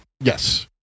yes